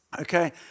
Okay